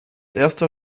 erster